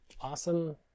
awesome